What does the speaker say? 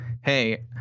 hey